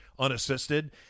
unassisted